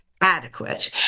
adequate